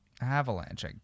Avalanche